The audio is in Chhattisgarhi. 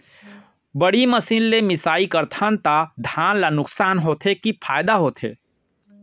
बड़ी मशीन ले मिसाई करथन त धान ल नुकसान होथे की फायदा होथे?